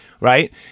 Right